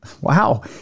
Wow